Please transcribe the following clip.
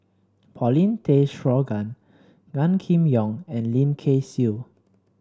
Paulin Tay Straughan Gan Kim Yong and Lim Kay Siu